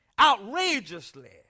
outrageously